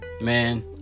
Man